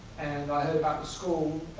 and i heard about the school,